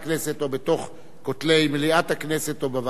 או בין כותלי מליאת הכנסת או בוועדות,